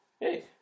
Hey